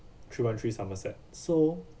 three one three somerset so